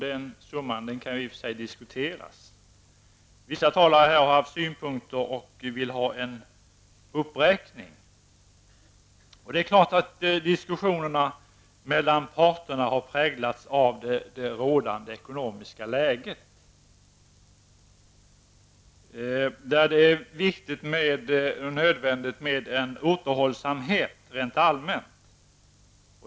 Den summan kan i och för sig diskuteras. Vissa talare har framfört synpunkter och velat ha till stånd en uppräkning. Det är klart att diskussionerna mellan parterna har präglats av det rådande ekonomiska läget, där det är viktigt och nödvändigt med återhållsamhet rent allmänt.